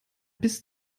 bis